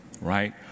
right